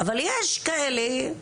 אבל יש כאלה,